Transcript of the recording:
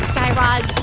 guy raz,